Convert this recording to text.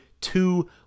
two